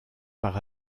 par